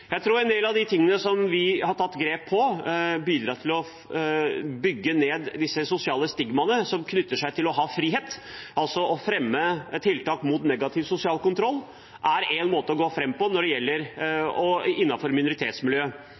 Jeg tror at en del av de grepene vi har tatt, bidrar til å bygge ned disse sosiale stigmaene som knytter seg til det å ha frihet. Å fremme tiltak mot negativ sosial kontroll er én måte å gå fram på